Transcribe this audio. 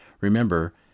Remember